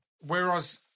whereas